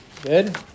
Good